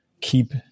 keep